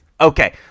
okay